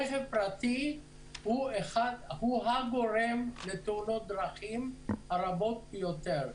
רכב פרטי הוא הגורם לתאונות דרכים הרבות ביותר.